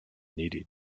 needed